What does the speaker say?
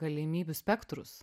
galimybių spektrus